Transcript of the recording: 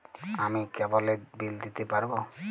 আমি কেবলের বিল দিতে পারবো?